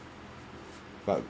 but